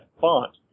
font